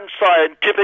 unscientific